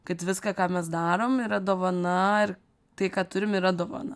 kad viską ką mes darom yra dovana ir tai ką turim yra dovana